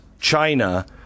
China